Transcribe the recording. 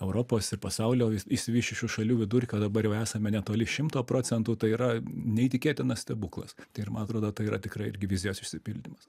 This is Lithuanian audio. europos ir pasaulio išsivysčiusių šalių vidurkio dabar jau esame netoli šimto procentų tai yra neįtikėtinas stebuklas tai ir man atrodo tai yra tikra irgi vizijos išsipildymas